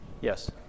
yes